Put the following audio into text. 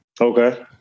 Okay